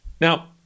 Now